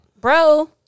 bro